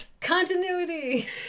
Continuity